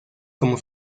como